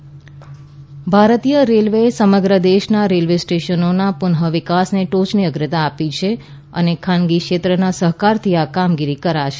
railway કિસાન ભારતીય રેલવેએ સમગ્ર દેશના રેલવે સ્ટેશનોના પુનઃ વિકાસને ટોયની અગ્રતા આપી છે અને ખાનગી ક્ષેત્રના સહકારથી આ કામગીરી કરાશે